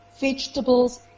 vegetables